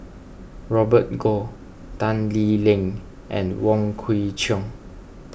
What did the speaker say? Robert Goh Tan Lee Leng and Wong Kwei Cheong